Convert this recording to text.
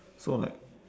so like